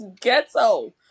ghetto